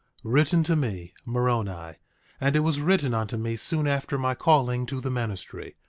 written to me, moroni and it was written unto me soon after my calling to the ministry.